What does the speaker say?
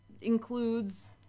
includes